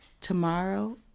tomorrow